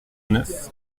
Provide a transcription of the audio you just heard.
neuf